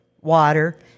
water